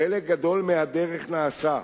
חלק גדול מהדרך נעשה.